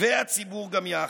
והציבור גם יחד.